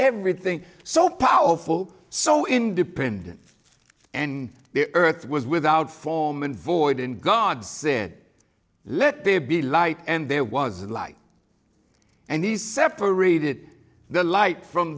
everything so powerful so independent and the earth was without form and void in god said let there be light and there was light and he separated the light from